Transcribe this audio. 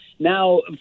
Now